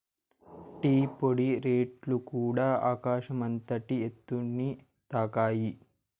tea పొడి రేట్లుకూడ ఆకాశం అంతటి ఎత్తుని తాకాయి